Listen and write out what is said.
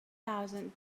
thousand